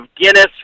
Guinness